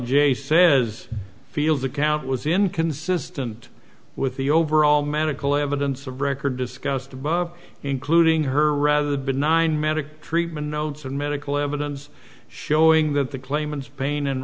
j says feels the count was inconsistent with the overall medical evidence of record discussed above including her rather benign medical treatment notes and medical evidence showing that the claimants pain and